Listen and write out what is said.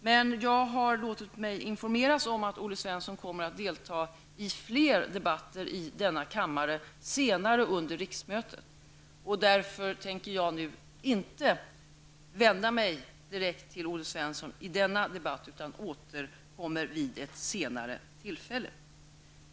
Jag har emellertid låtit mig informeras om att Olle Svensson kommer att delta i fler debatter i denna kammare senare under riksmötet. Därför tänker jag inte vända mig direkt till Olle Svensson i denna debatt, utan jag återkommer vid ett senare tillfälle.